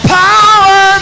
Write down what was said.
power